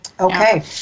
Okay